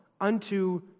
unto